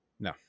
No